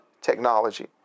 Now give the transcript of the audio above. technology